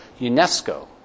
UNESCO